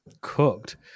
cooked